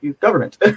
government